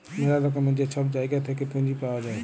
ম্যালা রকমের যে ছব জায়গা থ্যাইকে পুঁজি পাউয়া যায়